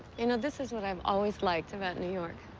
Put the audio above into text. you know, this is what i've always liked about new york